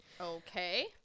Okay